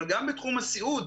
אבל גם בתחום הסיעוד,